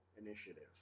initiative